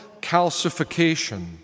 calcification